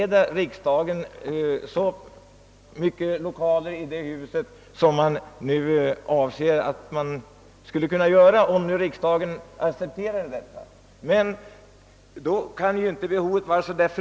Om riksdagen accepterar detta erbjudande, kommer den att ta i anspråk mycket stora utrymmen i dessa lokaler.